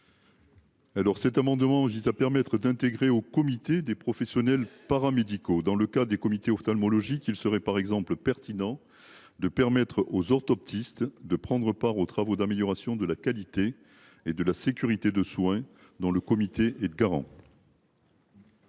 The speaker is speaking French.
Alors cet amendement dis ça permettre d'intégrer au comité des professionnels paramédicaux dans le cas des comités ophtalmologique, il serait par exemple pertinent. De permettre aux orthoptistes de prendre part aux travaux d'amélioration de la qualité et de la sécurité de soins dans le comité et de garant.